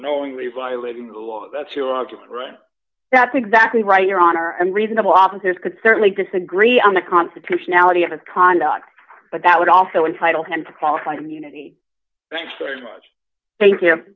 knowingly violating the law that's your logic right that's exactly right your honor and reasonable officers could certainly disagree on the constitutionality of the conduct but that would also entitle him to qualified immunity thank